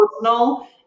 Personal